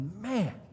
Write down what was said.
man